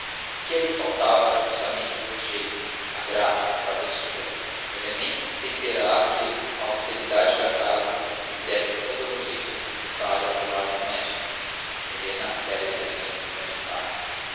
o que ali faltava era justamente o gorjeio a graça a travessura um elemento que temperasse a austeridade da casa e lhe desse todas as feições necessárias ao lar doméstico helena era esse elemento complementar